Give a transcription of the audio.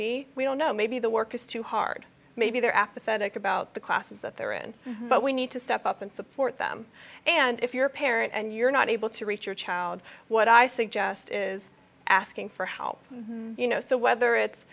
be we don't know maybe the work is too hard maybe they're apathetic about the classes that they're in but we need to step up and support them and if you're a parent and you're not able to reach your child what i suggest is asking for help you know so whether it's